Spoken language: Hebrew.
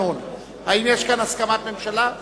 אני מברך את חבר הכנסת יוחנן פלסנר.